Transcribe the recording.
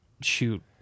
shoot